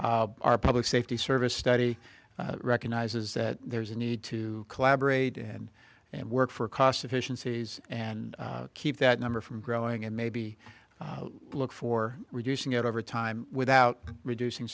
time our public safety service study recognizes that there's a need to collaborate and and work for cost efficiencies and keep that number from growing and maybe look for reducing it over time without reducing